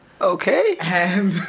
Okay